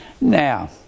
now